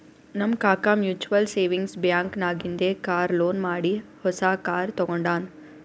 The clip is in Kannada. ನಮ್ ಕಾಕಾ ಮ್ಯುಚುವಲ್ ಸೇವಿಂಗ್ಸ್ ಬ್ಯಾಂಕ್ ನಾಗಿಂದೆ ಕಾರ್ ಲೋನ್ ಮಾಡಿ ಹೊಸಾ ಕಾರ್ ತಗೊಂಡಾನ್